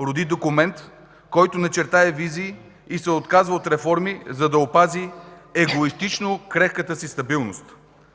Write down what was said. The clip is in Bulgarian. роди документ, който не чертае визии и се отказва от реформи, за да опази егоистично крехката си стабилност.